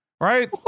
Right